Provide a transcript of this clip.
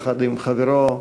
הוא וחברו,